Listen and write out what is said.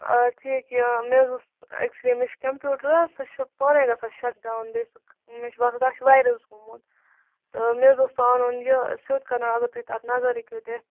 آ ٹھیٖک یہِ مےٚ حٲز اوس ایٚکچُولی مے چھُ کَمپوٹر حٲز سُہ چھُ پانے گَژھان شٹڈاوُن بیٚیہِ چھُ سُہ مے چُھ باسان تَتھ چھُ ویرس گومُت مے حٲز اوس سُہ اَنُن ٹھیٖک کَرناونہِ اگر تُہۍ تَتھ نظر ہیٚکِو دِتھ تہٕ